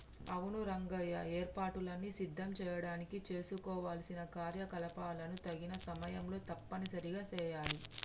అవును రంగయ్య ఏర్పాటులను సిద్ధం చేయడానికి చేసుకోవలసిన కార్యకలాపాలను తగిన సమయంలో తప్పనిసరిగా సెయాలి